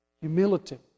humility